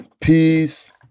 Peace